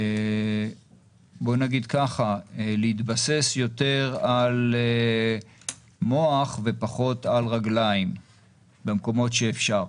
בוא נגיד כך: להתבסס יותר על מוח ופחות על רגליים במקומות שאפשר.